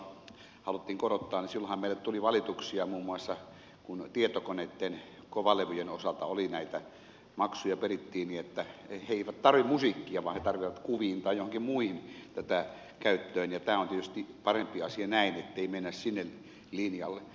meillehän aikoinaan kun hyvitysmaksua haluttiin korottaa tuli valituksia muun muassa kun tietokoneitten kovalevyjen osalta oli näitä maksuja perittiin niin että he eivät tarvitse musiikkia vaan he tarvitsevat kuviin tai joihinkin muihin tätä käyttöön ja tämä on tietysti parempi asia näin ettei mennä sille linjalle